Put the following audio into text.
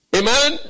Amen